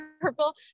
purple